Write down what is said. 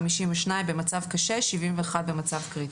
152 במצב קשה, 71 במצב קריטי.